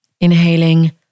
Inhaling